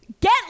Get